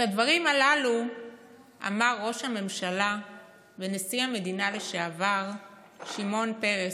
את הדברים הללו אמר ראש הממשלה ונשיא המדינה לשעבר שמעון פרס,